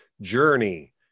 Journey